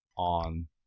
on